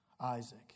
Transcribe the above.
Isaac